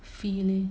feeling